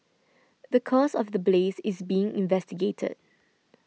the cause of the blaze is being investigated